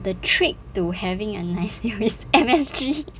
the trick to having a nice meal is M_S_G